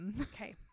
Okay